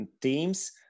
teams